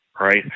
Right